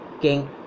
King